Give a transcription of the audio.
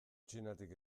txinatik